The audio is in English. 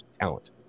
talent